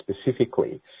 specifically